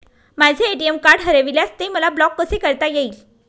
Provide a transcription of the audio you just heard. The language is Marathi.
माझे ए.टी.एम कार्ड हरविल्यास ते मला ब्लॉक कसे करता येईल?